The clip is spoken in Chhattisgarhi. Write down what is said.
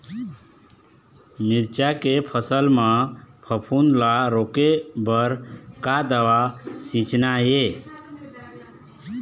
मिरचा के फसल म फफूंद ला रोके बर का दवा सींचना ये?